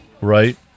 right